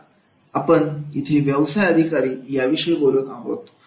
आता आपण इथे व्यवसाय अधिकारी याविषयी बोलत आहोत